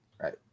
right